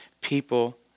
people